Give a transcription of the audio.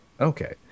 Okay